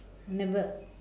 never